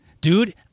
Dude